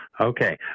Okay